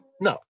No